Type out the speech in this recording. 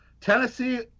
Tennessee